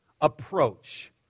approach